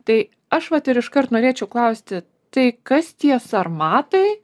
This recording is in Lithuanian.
tai aš vat ir iškart norėčiau klausti tai kas tie sarmatai